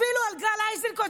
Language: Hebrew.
אפילו על גל איזנקוט,